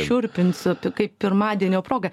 šiurpinsiu kaip pirmadienio proga